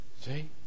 See